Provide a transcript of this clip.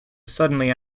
suddenly